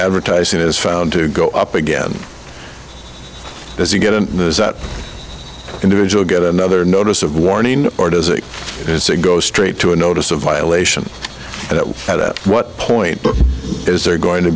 advertising is filed to go up again because you get an individual get another notice of warning or does it go straight to a notice a violation at what point is there going to